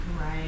right